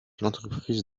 l’entreprise